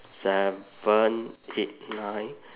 seven eight nine